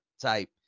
type